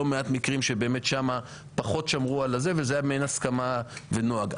מעט מקרים שבאמת שם פחות שמרו וזאת היתה הסכמה ונוהג.